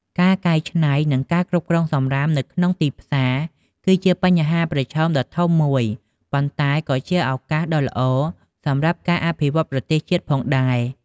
ការកែច្នៃ និងការគ្រប់គ្រងសំរាមនៅក្នុងទីផ្សារ គឺជាបញ្ហាប្រឈមដ៏ធំមួយ ប៉ុន្តែក៏ជាឱកាសដ៏ល្អសម្រាប់ការអភិវឌ្ឍប្រទរសជាតិផងដែរ។